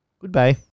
Goodbye